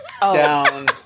down